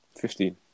Fifteen